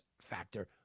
factor